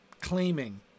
claiming